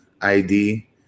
ID